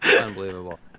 Unbelievable